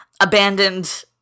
abandoned